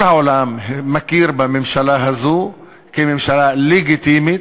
וכל העולם מכיר בממשלה הזאת כממשלה לגיטימית,